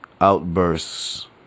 outbursts